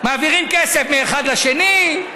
מעבירים כסף מאחד לשני.